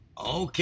Okay